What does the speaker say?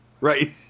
Right